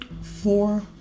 Four